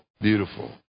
beautiful